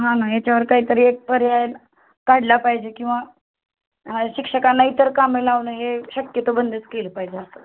हा ना याच्यावर काहीतरी एक पर्याय काढला पाहिजे किंवा शिक्षकांना इतर कामं लावणं हे शक्यतो बंदच केलं पाहिजे असं